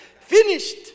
Finished